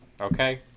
okay